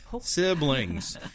siblings